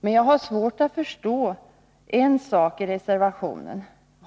Men jag har svårt att förstå en sak i reservationen.